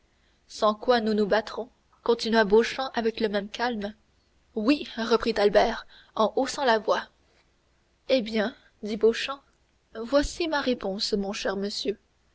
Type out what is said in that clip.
sans quoi nous nous battrons continua beauchamp avec le même calme oui reprit albert en haussant la voix eh bien dit beauchamp voici ma réponse mon cher monsieur